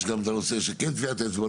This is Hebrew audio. יש גם את הנושא של כן טביעת אצבע,